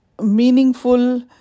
Meaningful